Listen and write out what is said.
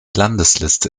landesliste